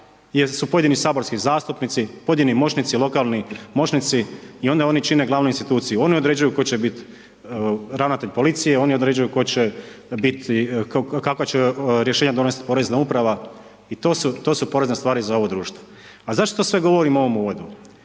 jesu pojedini saborski zastupnici, pojedini moćnici, lokalni moćnici i onda oni čine glavnu instituciju, oni određuju tko će biti ravnatelj policije, oni određuju kakva će rješenja donesti Porezna uprava i to su porazne stvari za ovo društvo. A zašto to sve govorim u ovom uvodu?